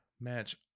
match